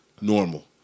Normal